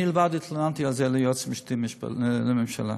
אני בעצמי התלוננתי על זה ליועץ המשפטי לממשלה.